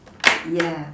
yeah